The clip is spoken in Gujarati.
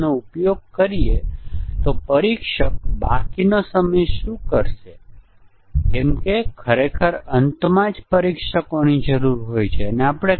ધારો કે ફંક્શનને પૂર્ણાંક મૂલ્ય સાથે કરો પરંતુ તે ફ્લોટિંગ પોઇન્ટ વેલ્યુ અથવા સ્ટ્રિંગ સાથે કોલ કરે છે અને તે માત્ર એક અક્ષર પસાર કરે છે અને તેથી આગળ